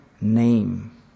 name